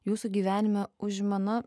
jūsų gyvenime užima